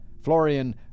florian